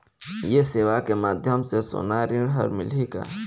ये सेवा के माध्यम से सोना ऋण हर मिलही का?